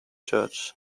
church